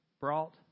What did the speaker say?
brought